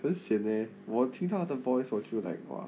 很 sian leh 我听到我听他的 voice 我就 like !wah!